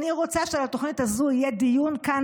אני רוצה שעל התוכנית הזו יהיה דיון כאן,